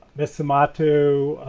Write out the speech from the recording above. misamato,